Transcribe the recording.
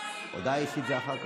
הודעה אישית זה אחר כך.